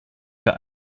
for